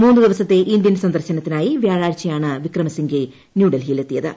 മൂന്ന് ദിവസത്തെ ഇന്ത്യൻ സന്ദർശനത്തിനായി വ്യാഴാഴ്ചയാണ് വിക്രമസിംഗെ ന്യൂഡൽഹിയിലെത്തിയത്